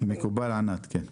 מקובל, ענת, כן.